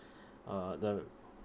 uh the r~